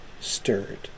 stirred